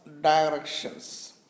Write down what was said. directions